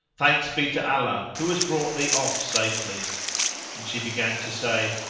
thanks be to allah who has brought thee off safely and she began to say